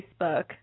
Facebook